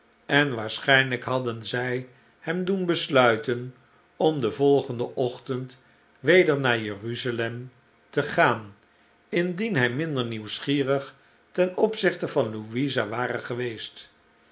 en waarschijnlijk hadden zij hem doen besluiten om den volgenden ochtend weder naar j e r u z al em te gaan indien hij minder nieuwsgierig ten opzichte van louisa ware geweest